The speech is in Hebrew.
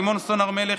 לימור סון הר מלך,